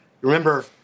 remember